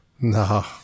No